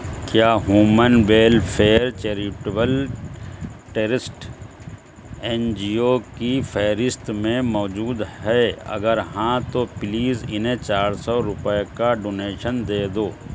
کیا human welfare charitable trust N G O کی فہرست میں موجود ہے اگر ہاں تو پلیز انہیں چار سو روپے کا ڈونیشن دے دو